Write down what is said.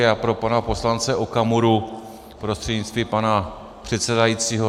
A pro pana poslance Okamuru prostřednictvím pana předsedajícího.